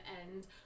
end